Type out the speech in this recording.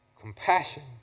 compassion